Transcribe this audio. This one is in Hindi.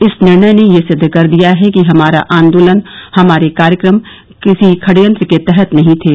इस निर्णय ने यह सिद्ध कर दिया है कि हमारा आंदोलन हमारे कार्यक्रम किसी षडयंत्र के तहत नहीं थे